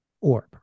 orb